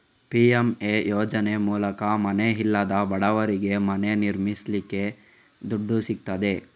PMA ಯೋಜನೆ ಮೂಲಕ ಮನೆ ಇಲ್ಲದ ಬಡವರಿಗೆ ಮನೆ ನಿರ್ಮಿಸಲಿಕ್ಕೆ ದುಡ್ಡು ಸಿಗ್ತದೆ